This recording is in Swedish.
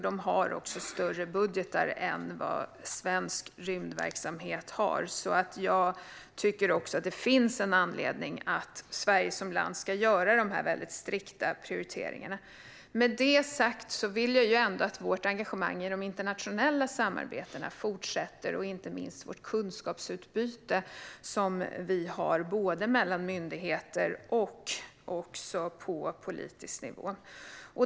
De har också större budgetar än vad svensk rymdverksamhet har, så jag tycker att det finns en anledning till att Sverige som land ska göra dessa väldigt strikta prioriteringar. Med det sagt vill jag ändå att vårt engagemang i de internationella samarbetena fortsätter, inte minst det kunskapsutbyte som vi har mellan myndigheter och på politisk nivå.